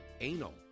Anal